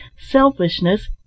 selfishness